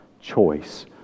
choice